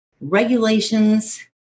regulations